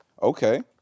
Okay